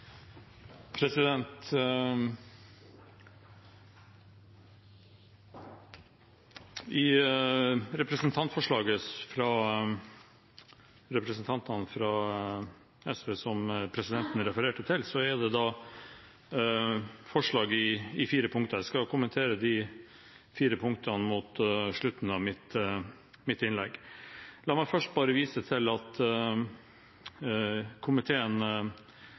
forslag i fire punkter. Jeg skal kommentere de fire punktene mot slutten av mitt innlegg. La meg først bare vise til at komiteen